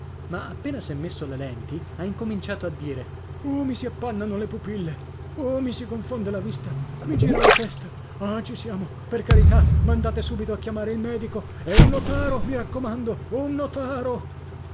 ma appena s'è messo le lenti ha incominciato a dire uh mi si appannano le pupille uh mi si confonde la vista i gira la testa ah ci siamo per carità mandate subito a chiamare il medico e un notaro mi raccomando un notaro